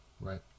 Right